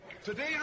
Today